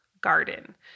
garden